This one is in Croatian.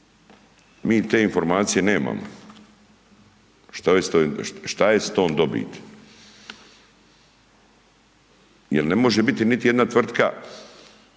Mi te informacije nemamo. Što je s tom dobiti? Jer ne može biti niti jedna tvrtka